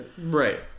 Right